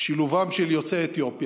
שילובם של יוצאי אתיופיה